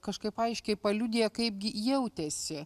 kažkaip aiškiai paliudija kaipgi jautėsi